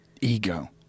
Ego